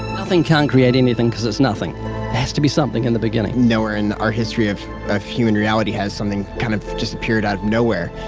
nothing can create anything, cause it's nothing. there has to be something in the beginning. nowhere in our history of ah human reality has something kind of appeared out of nowhere.